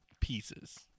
pieces